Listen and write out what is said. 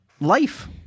life